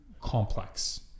complex